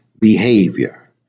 behavior